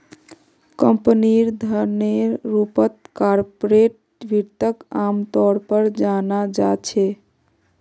कम्पनीर धनेर रूपत कार्पोरेट वित्तक आमतौर पर जाना जा छे